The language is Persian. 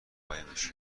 قایمش